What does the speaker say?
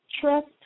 trust